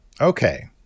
Okay